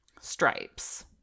Stripes